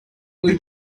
blue